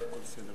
הצעות